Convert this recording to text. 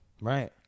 Right